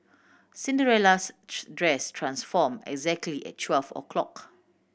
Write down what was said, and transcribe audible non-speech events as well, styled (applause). Cinderella's (unintelligible) dress transform exactly at twelve o'clock